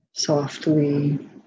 Softly